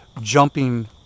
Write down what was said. jumping